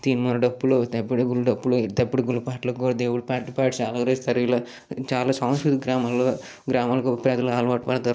తీన్మార్ డప్పులు తప్పిడగుండ్ డప్పులు ఈ తప్పిడగుండు పాటలకు దేవుడి పాటలు పాడి చాలా సాంస్కృతిక గ్రామాలు గ్రామాలకు ప్రజలు అలవాటు పడతారు